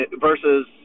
versus